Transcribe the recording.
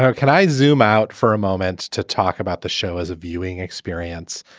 um can i zoom out for a moment to talk about the show as a viewing experience?